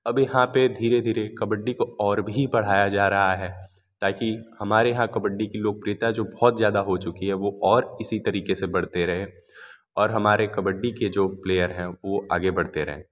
अब यहाँ पर धीरे धीरे कबड्डी को और भी बढ़ाया जा रहा है ताकि हमारे यहाँ कबड्डी की लोकप्रियता जो बहुत ज़्यादा हो चुकी है वो और इसी तरीक़े से बढ़ती रहे और हमारे कबड्डी के जो प्लेयर हैं वो आगे बढ़ते रहें